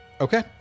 Okay